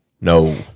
No